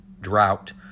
drought